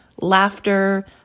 laughter